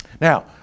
Now